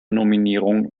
nominierungen